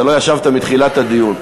אתה לא ישבת מתחילת הדיון.